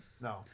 No